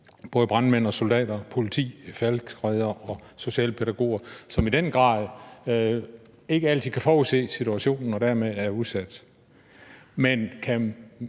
både brandmænd, soldater, politi, falckreddere og socialpædagoger, som i den grad ikke altid kan forudse situationen og dermed er udsat.